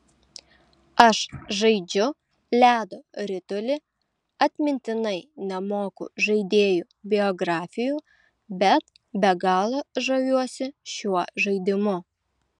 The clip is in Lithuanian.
aš žaidžiu ledo ritulį atmintinai nemoku žaidėjų biografijų bet be galo žaviuosi šiuo žaidimu